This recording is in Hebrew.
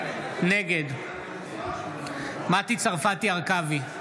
נגד מטי צרפתי הרכבי,